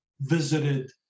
visited